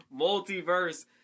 multiverse